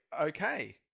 okay